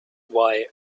why